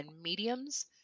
mediums